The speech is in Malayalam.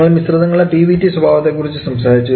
നമ്മൾ മിശ്രിതങ്ങളുടെ P v T സ്വഭാവത്തെ കുറിച്ച് സംസാരിച്ചു